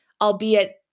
albeit